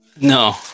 No